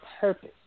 purpose